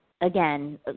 again